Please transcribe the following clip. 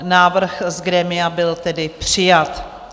Návrh z grémia byl tedy přijat.